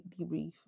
debrief